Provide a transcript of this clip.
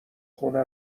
خونه